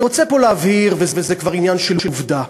אני רוצה פה להבהיר, וזה כבר עניין של עובדה: